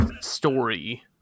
story